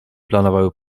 planowały